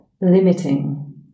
limiting